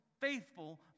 faithful